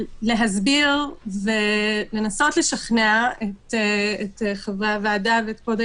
הן סיטואציות שבהן במסגרת הבירור והפעולות